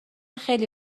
خیلی